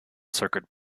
circuit